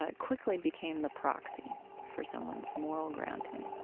ah quickly became the proxy for someone's moral grounding